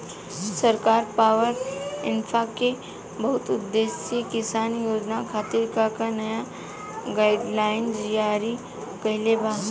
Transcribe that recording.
सरकार पॉवरइन्फ्रा के बहुउद्देश्यीय किसान योजना खातिर का का नया गाइडलाइन जारी कइले बा?